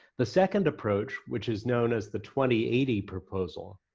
the second approach, which is known as the twenty eighty proposal,